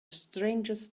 strangest